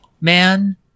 man